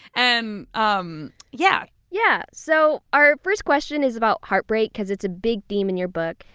and um yeah yeah. so our first question is about heartbreak, because it's a big theme in your book.